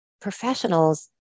professionals